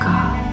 God